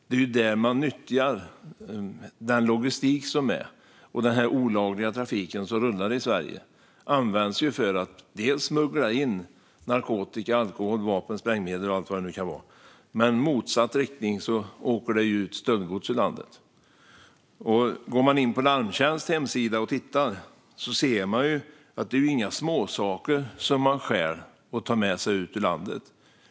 Det är där man nyttjar den logistik som finns. Den olagliga trafik som rullar i Sverige används för att smuggla in narkotika, alkohol, vapen, sprängmedel och allt vad det nu kan vara, och i motsatt riktning åker stöldgods ut ur landet. På Larmtjänsts hemsida ser vi att det inte är några småsaker som man stjäl och tar med sig ut ur landet.